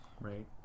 Right